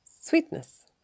Sweetness